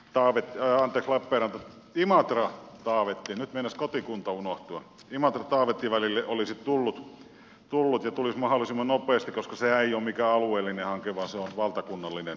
talvi on pilkon pellot imatra oli tehnyt venus kotikunta unohtua kimaltava imatrataavetti välille olisi tullut ja tulisi mahdollisimman nopeasti koska sehän ei ole mikään alueellinen hanke vaan se on valtakunnallinen hanke